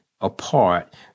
apart